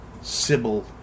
Sybil